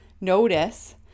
notice